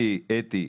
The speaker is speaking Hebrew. אתי.